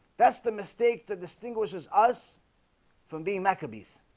that's the mistake that distinguishes us from being maccabees